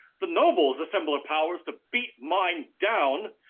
the nobles assemble ah powers to beat mine down,